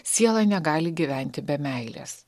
siela negali gyventi be meilės